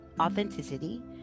authenticity